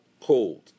cold